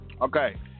okay